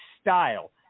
style